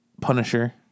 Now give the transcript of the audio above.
Punisher